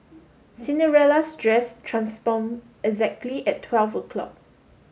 Cinderella's dress transform exactly at twelve o'clock